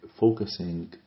focusing